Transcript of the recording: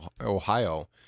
Ohio